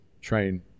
train